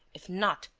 if not,